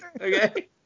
okay